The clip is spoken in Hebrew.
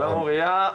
שלום אוריה.